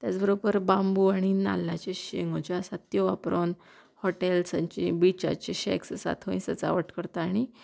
त्याच बरोबर बांबू आनी नाल्लाचे शेगो ज्यो आसात त्यो वापरन हॉटेल्सांची बिचाचे शेक्स आसा थंय सजावट करता आनी